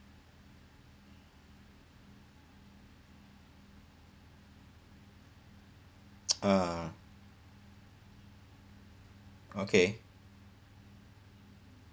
ah okay